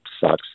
sucks